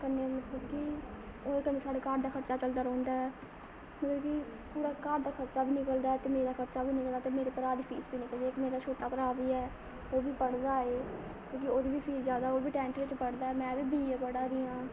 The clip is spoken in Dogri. कन्नै मतलब की ओह्दे कन्नै साढ़े घर दा खर्चा चलदा रौह्ंदा ऐ फिर बी थोह्ड़ा घर दा खर्चा बी निकलदा ऐ मेरा खर्चा बी निकलदा ऐ ते मेरे भ्राऽ दी फीस बी निकलदी मेरा छोटा भ्राऽ बी ऐ ओह् बी पढ़दा ऐ ते ओह्दी बी फीस जादे ओह् बी टेंथ बिच पढ़दा ऐ ते में बी बी ए पढ़ा दी आं